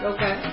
Okay